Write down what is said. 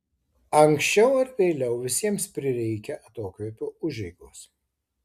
anksčiau ar vėliau visiems prireikia atokvėpio užeigos